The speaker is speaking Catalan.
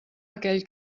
aquell